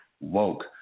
woke